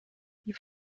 die